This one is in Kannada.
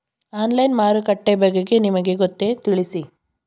ಆನ್ಲೈನ್ ಮಾರುಕಟ್ಟೆ ಬಗೆಗೆ ನಿಮಗೆ ಗೊತ್ತೇ? ತಿಳಿಸಿ?